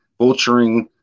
vulturing